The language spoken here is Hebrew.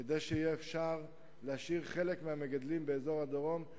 כדי שיהיה אפשר להשאיר חלק מהמגדלים באזור הדרום,